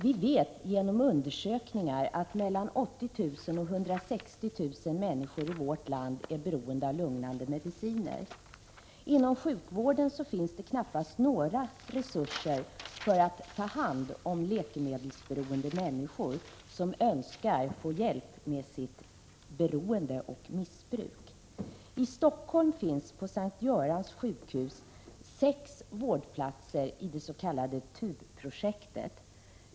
Vi vet genom undersökningar att mellan 80 000 och 160 000 människor i vårt land är beroende av lugnande mediciner. Inom sjukvården finns det knappast några resurser för att ta hand om läkemedelsberoende människor som önskar få hjälp att bli av med sitt beroende och missbruk. I Stockholm finns det på S:t Görans sjukhus sex vårdplatser i det s.k. tubprojektet.